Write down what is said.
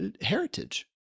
heritage